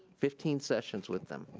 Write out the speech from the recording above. fifteen sessions with them,